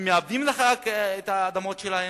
הם מעבדים את האדמות שלהם,